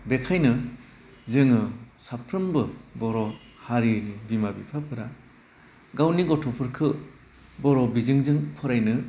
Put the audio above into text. बेखायनो जोङो साफ्रोमबो बर' हारिनि बिमा बिफाफोरा गावनि गथ'फोरखौ बर' बिजोंजों फरायनो